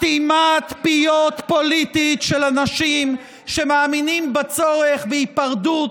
סתימת פיות פוליטית של אנשים שמאמינים בצורך בהיפרדות